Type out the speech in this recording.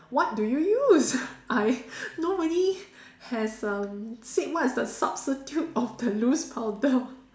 what do you use I nobody has um said what's the substitute of the loose powder